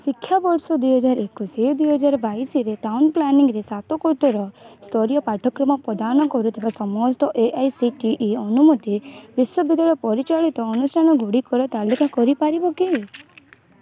ଶିକ୍ଷାବର୍ଷ ଦୁଇହଜାର ଏକୋଇଶ ଦୁଇହଜାର ବାଇଶରେ ଟାଉନ୍ ପ୍ଲାନିଂରେ ସ୍ନାତକୋତ୍ତର ସ୍ତରୀୟ ପାଠ୍ୟକ୍ରମ ପ୍ରଦାନ କରୁଥିବା ସମସ୍ତ A I C T E ଅନୁମୋଦିତ ବିଶ୍ୱବିଦ୍ୟାଳୟ ପରିଚାଳିତ ଅନୁଷ୍ଠାନ ଗୁଡ଼ିକର ତାଲିକା କରିପାରିବ କି